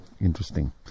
Interesting